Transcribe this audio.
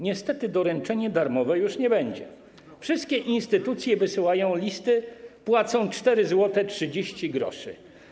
Niestety doręczenie darmowe już nie będzie, wszystkie instytucje wysyłające listy płacą 4,30 zł.